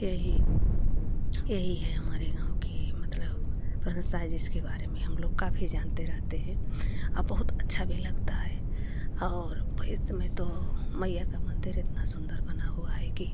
यही यही है हमारे गाँव की मतलब प्रशंसा है जिसके बारे में हम लोग काफ़ी जानते रहते हैं बहुत अच्छा भी लगता है और इस समय तो मैया का मंदिर इतना सुन्दर बना हुआ है कि